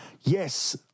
Yes